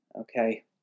okay